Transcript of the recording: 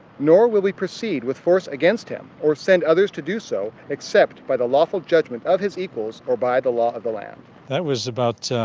nor will we proceed with force against him, or send others to do so, except by the lawful judgment of his equals or by the law of the land. that was about